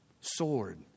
sword